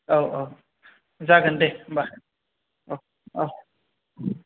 औ औ जागोन दे होनबा औ औ